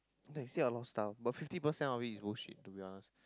then you say a lot of stuff but fifty percent of it is bullshit to be honest